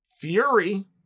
Fury